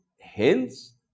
hence